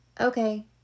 okay